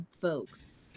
folks